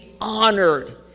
honored